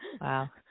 Wow